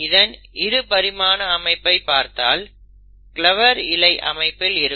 இதன் இருபரிமாண அமைப்பை பார்த்தால் கிளாவர் இலை அமைப்பில் இருக்கும்